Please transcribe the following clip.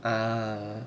err